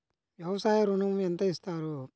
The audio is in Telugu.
వ్యవసాయ ఋణం ఎంత ఇస్తారు?